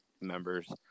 members